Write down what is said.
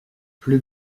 plus